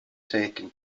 taken